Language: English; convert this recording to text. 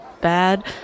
bad